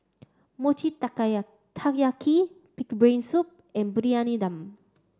Mochi Taiyaki pig's brain soup and Briyani Dum